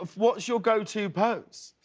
what is your go to pose.